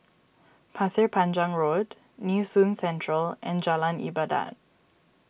Pasir Panjang Road Nee Soon Central and Jalan Ibadat